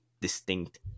distinct